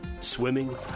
swimming